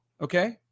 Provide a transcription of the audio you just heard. Okay